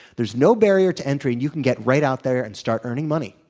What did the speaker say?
there's no barrier to enter. and you can get right out there and start earning money.